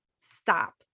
stop